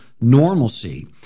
normalcy